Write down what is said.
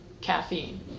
caffeine